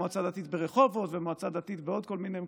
מועצה דתית ברחובות ומועצה דתית בכל מיני מקומות.